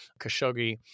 Khashoggi